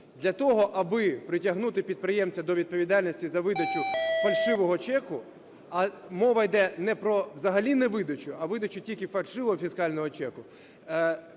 Для того, аби притягнути підприємця до відповідальності за видачу фальшивого чеку, а мова йде не про взагалі невидачу, а видачу тільки фальшивого фіскального чеку,